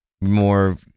more